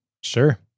Sure